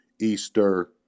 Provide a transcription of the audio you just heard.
Easter